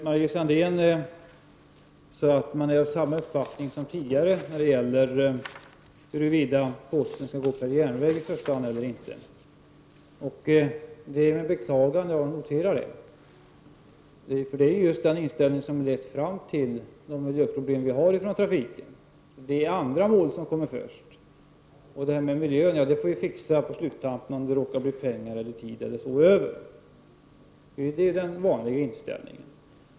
Herr talman! Margit Sandéhn sade att uppfattningen är densamma som tidigare om huruvida posten i första hand skall gå per järnväg eller inte. Det är med beklagande jag noterar det. Det är just den inställningen som har lett fram till de miljöproblem trafiken gett oss. Det är andra mål som kommer först. Miljön får vi fixa på sluttampen, om det råkar bli pengar eller tid över. Det är den vanliga inställningen.